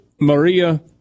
Maria